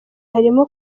harimo